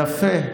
יפה.